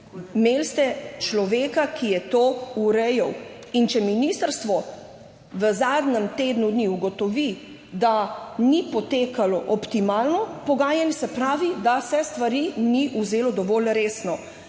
imeli ste človeka, ki je to urejal. Če ministrstvo v zadnjem tednu dni ugotovi, da pogajanje ni potekalo optimalno, se pravi se stvari ni vzelo dovolj resno.